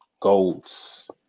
GOATs